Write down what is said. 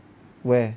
where